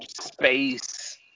space